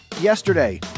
Yesterday